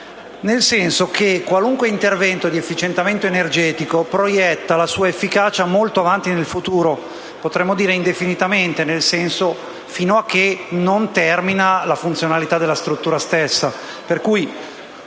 nel senso che qualunque intervento di efficientamento energetico proietta la sua efficacia molto avanti nel futuro, potremmo dire indefinitamente, cioè fino a che non termina la funzionalità della struttura stessa.